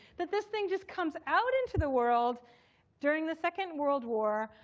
that this thing just comes out into the world during the second world war.